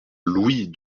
louis